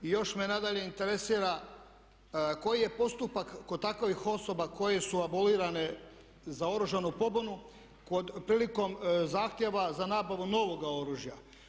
I još me nadalje interesira koji je postupak kod takovih osoba koje su abolirane za oružanu pobunu prilikom zahtjeva za nabavom novoga oružja.